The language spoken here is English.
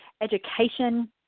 education